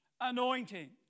anointing